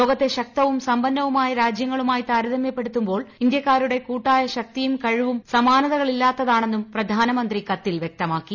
ലോകത്തെ ശക്തവും സമ്പന്നവുമായ രാജ്യങ്ങളുമായി താരതമ്യപ്പെടുത്തുമ്പോൾ ഇന്ത്യക്കാരുടെ കൂട്ടായ ശക്തിയും കഴിവും സമാനതകളില്ലാത്തതാണെന്നും പ്രധാനമന്ത്രി കത്തിൽ വ്യക്തമാക്കി